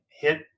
hit